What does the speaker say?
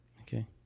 Okay